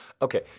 Okay